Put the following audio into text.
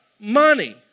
money